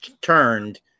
turned